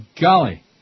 Golly